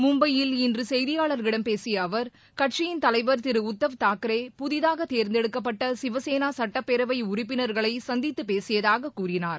மும்பையில் இன்று செய்தியாளர்களிடம் பேசியஅவர் கட்சியின் தலைவர் திரு உத்தவ் தாக்கரே புதிதாக தேர்ந்தெடுக்கப்பட்ட சிவசேனா சுட்டப்பேரவை உறுப்பினர்களை சந்தித்து பேசியதாக கூறினார்